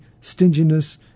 stinginess